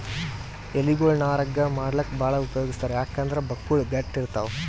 ಎಲಿಗೊಳ್ ನಾರ್ ಹಗ್ಗಾ ಮಾಡ್ಲಾಕ್ಕ್ ಭಾಳ್ ಉಪಯೋಗಿಸ್ತಾರ್ ಯಾಕಂದ್ರ್ ಬಕ್ಕುಳ್ ಗಟ್ಟ್ ಇರ್ತವ್